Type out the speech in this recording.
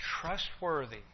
trustworthy